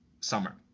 summer